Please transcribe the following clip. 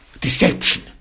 deception